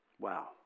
Wow